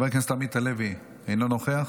חבר הכנסת עמית הלוי, אינו נוכח,